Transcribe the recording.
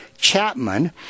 Chapman